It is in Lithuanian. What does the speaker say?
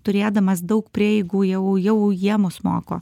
turėdamas daug prieigų jau jau jie mus moko